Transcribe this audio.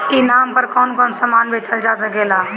ई नाम पर कौन कौन समान बेचल जा सकेला?